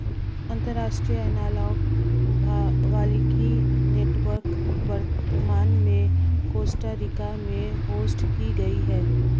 अंतर्राष्ट्रीय एनालॉग वानिकी नेटवर्क वर्तमान में कोस्टा रिका में होस्ट की गयी है